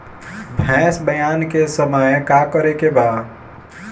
भैंस ब्यान के समय का करेके बा?